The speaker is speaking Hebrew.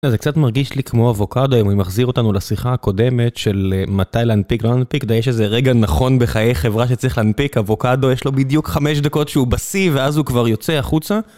זה קצת מרגיש לי כמו אבוקדו, אם אני מחזיר אותנו לשיחה הקודמת של מתי להנפיק, או לא להנפיק. אתה יודע, יש איזה רגע נכון בחיי חברה שצריך להנפיק, אבוקדו יש לו בדיוק 5 דקות שהוא בשיא ואז הוא כבר יוצא החוצה.